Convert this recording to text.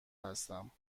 هستم